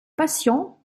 patients